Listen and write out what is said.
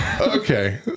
okay